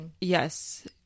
Yes